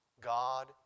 God